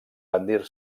rendir